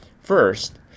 First